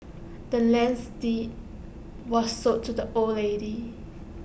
the land's deed was sold to the old lady